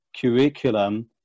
curriculum